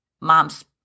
mom's